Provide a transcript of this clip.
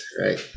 right